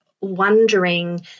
wondering